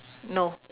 no